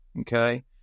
okay